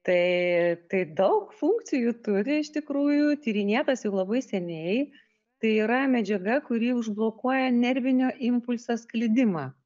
tai tai daug funkcijų turi iš tikrųjų tyrinėtas jau labai seniai tai yra medžiaga kuri užblokuoja nervinio impulso sklidimą